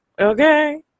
Okay